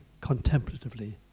contemplatively